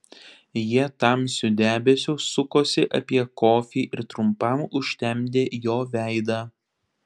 jie tamsiu debesiu sukosi apie kofį ir trumpam užtemdė jo veidą